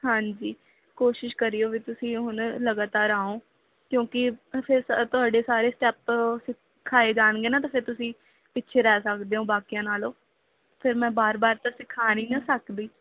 ਹਾਂਜੀ ਕੋਸ਼ਿਸ਼ ਕਰਿਓ ਵੀ ਤੁਸੀਂ ਹੁਣ ਲਗਾਤਾਰ ਆਓ ਕਿਉਂਕਿ ਫਿਰ ਤ ਤੁਹਾਡੇ ਸਾਰੇ ਸਟੈਪ ਸਿਖਾਏ ਜਾਣਗੇ ਨਾ ਤਾਂ ਫਿਰ ਤੁਸੀਂ ਪਿੱਛੇ ਰਹਿ ਸਕਦੇ ਹੋ ਬਾਕੀਆਂ ਨਾਲੋਂ ਫਿਰ ਮੈਂ ਬਾਰ ਬਾਰ ਤਾਂ ਸਿਖਾ ਨਹੀਂ ਨਾ ਸਕਦੀ